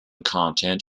content